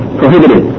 prohibited